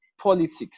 politics